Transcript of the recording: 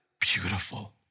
beautiful